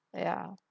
ya